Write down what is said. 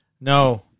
No